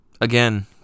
Again